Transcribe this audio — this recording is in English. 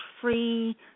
free